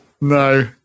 No